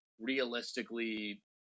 realistically